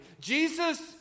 Jesus